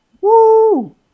Woo